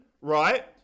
right